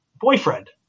boyfriend